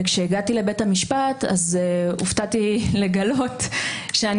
וכשהגעתי לבית המשפט הופתעתי לגלות שאני